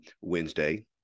Wednesday